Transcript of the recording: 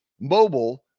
mobile